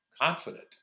confident